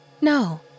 No